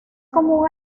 común